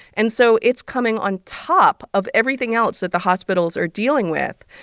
and so it's coming on top of everything else that the hospitals are dealing with,